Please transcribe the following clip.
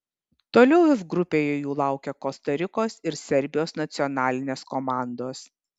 toliau f grupėje jų laukia kosta rikos ir serbijos nacionalinės komandos